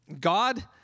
God